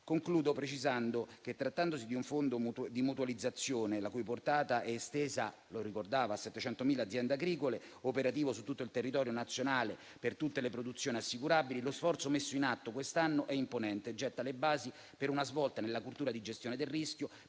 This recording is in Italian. Concludo precisando che, trattandosi di un fondo di mutualizzazione, la cui portata, come ho ricordato, è estesa a 700.000 aziende agricole, operativo su tutto il territorio nazionale per tutte le produzioni assicurabili, lo sforzo messo in atto quest'anno è imponente e getta le basi per una svolta nella cultura di gestione del rischio